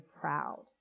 proud